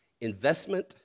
investment